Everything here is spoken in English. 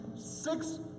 six